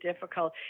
difficult